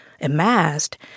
amassed